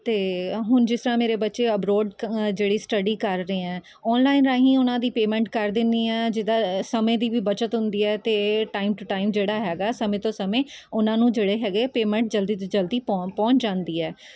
ਅਤੇ ਹੁਣ ਜਿਸ ਤਰ੍ਹਾਂ ਮੇਰੇ ਬੱਚੇ ਅਬਰੌਡ ਜਿਹੜੀ ਸਟੱਡੀ ਕਰ ਰਹੇ ਹੈ ਔਨਲਾਈਨ ਰਾਹੀਂ ਉਹਨਾਂ ਦੀ ਪੇਮੈਂਟ ਕਰ ਦਿੰਦੀ ਹਾਂ ਜਿੱਦਾਂ ਸਮੇਂ ਦੀ ਵੀ ਬੱਚਤ ਹੁੰਦੀ ਹੈ ਅਤੇ ਟਾਈਮ ਟੂ ਟਾਈਮ ਜਿਹੜਾ ਹੈਗਾ ਸਮੇਂ ਤੋਂ ਸਮੇਂ ਉਹਨਾਂ ਨੂੰ ਜਿਹੜੇ ਹੈਗੇ ਪੇਮੈਂਟ ਜਲਦੀ ਤੋਂ ਜਲਦੀ ਪੌ ਪਹੁੰਚ ਜਾਂਦੀ ਹੈ